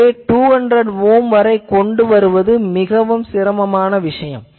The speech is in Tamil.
எனவே 200 ஓம் வரை கொண்டு வருவது மிகவும் சிரமம்